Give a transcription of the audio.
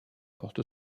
porte